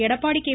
Edappadi K